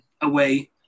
away